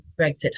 Brexit